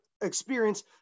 experience